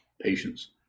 patience